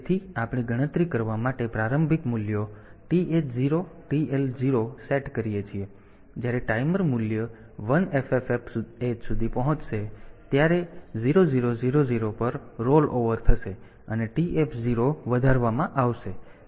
તેથી આપણે ગણતરી કરવા માટે પ્રારંભિક મૂલ્યો TH 0 TL 0 સેટ કરીએ છીએ અને જ્યારે ટાઈમર મૂલ્ય 1FFFH સુધી પહોંચે છે ત્યારે તે 0000 પર રોલઓવર થશે અને TF 0 વધારવામાં આવશે